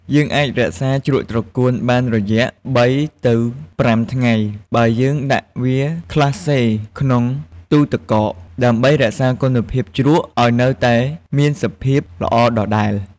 យើងអាចរក្សាជ្រក់ត្រកួនបានរយៈ ៣ ទៅ ៥ថ្ងៃ បើយើងដាក់វាក្លាស្លេក្នុងទូទឹកកក ដើម្បីរក្សាគុណភាពជ្រក់ឱ្យនៅតែមានសភាពល្អដដែល។